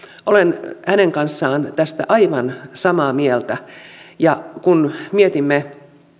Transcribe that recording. olen hänen kanssaan tästä aivan samaa mieltä kun mietimme